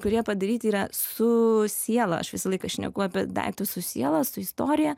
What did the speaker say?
kurie padaryti yra su siela aš visą laiką šneku apie daiktus su siela su istorija